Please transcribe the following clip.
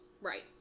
Right